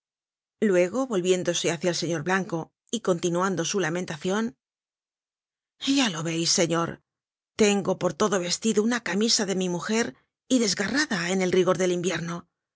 luego volviéndose hácia el señor blanco y continuando su lamentacion ya lo veis señor tengo por todo vestido una camisa de mi mujer y desgarrada en el rigor del invierno